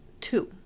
two